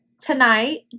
tonight